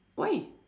why